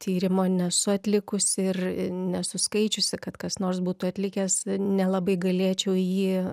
tyrimo nesu atlikusi ir nesu skaičiusi kad kas nors būtų atlikęs nelabai galėčiau į jį